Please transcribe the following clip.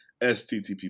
sttp